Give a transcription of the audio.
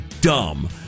dumb